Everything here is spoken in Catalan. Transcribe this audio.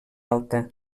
alta